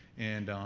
and